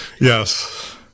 Yes